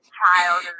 child